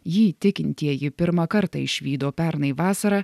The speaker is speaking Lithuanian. jį tikintieji pirmą kartą išvydo pernai vasarą